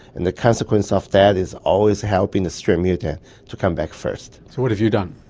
and the consequence of that is always helping the strep mutans to come back first. so what have you done?